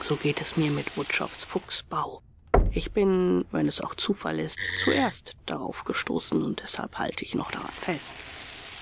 so geht es mir mit wutschows fuchsbau ich bin wenn es auch zufall ist zuerst daraufgestoßen und deshalb halte ich noch daran fest